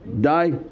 die